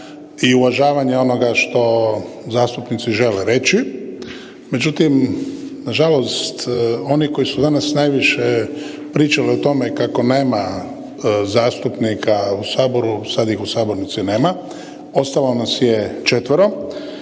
i uvažavanje onoga što zastupnici žele reći. Međutim, nažalost oni koji su danas najviše pričali o tome kako nema zastupnika u Saboru, sad ih u sabornici nema. Ostalo nas je četvero.